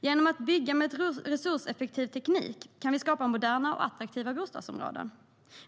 Genom att bygga med resurseffektiv teknik kan vi skapa moderna och attraktiva bostadsområden.